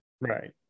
Right